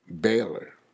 Baylor